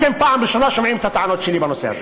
אתם פעם ראשונה שומעים את הטענות שלי בנושא הזה.